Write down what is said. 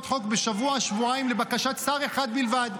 חוק בשבוע-שבועיים לבקשת שר אחד בלבד,